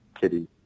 Kitty